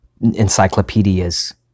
encyclopedias